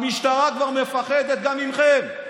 המשטרה כבר מפחדת גם מכם.